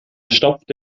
stopfte